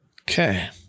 Okay